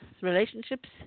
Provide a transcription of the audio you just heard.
relationships